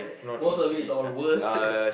most of it is all worse